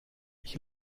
ich